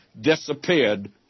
disappeared